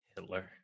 Hitler